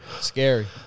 Scary